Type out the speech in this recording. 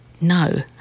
no